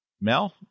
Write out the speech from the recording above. Mel